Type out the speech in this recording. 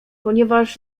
ponieważ